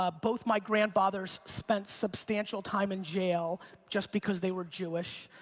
ah both my grandfathers spent substantial time in jail just because they were jewish.